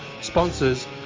sponsors